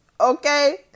okay